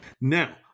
Now